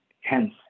Hence